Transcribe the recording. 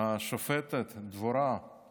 היא